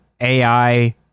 AI